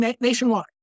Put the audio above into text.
nationwide